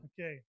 Okay